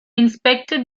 inspected